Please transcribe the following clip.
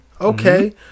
Okay